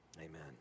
Amen